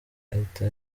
ahita